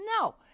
no